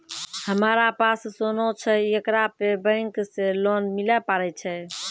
हमारा पास सोना छै येकरा पे बैंक से लोन मिले पारे छै?